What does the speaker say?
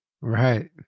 Right